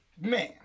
man